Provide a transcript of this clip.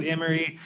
Emery